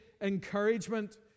encouragement